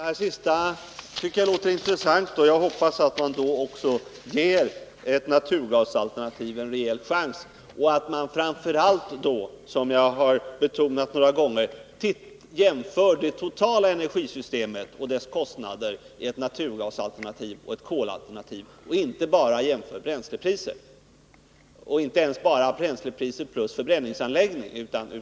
Herr talman! Det sista låter intressant. Jag hoppas att man då också ger ett naturgasalternativ en rejäl chans och att man framför allt, som jag betonat några gånger, jämför ett naturgasalternativ med ett kolalternativ när det gäller det totala energisystemet och dess kostnader och inte bara jämför bränslepriserna plus kostnaderna för förbränningsanläggningar.